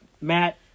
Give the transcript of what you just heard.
Matt